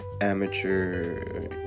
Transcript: amateur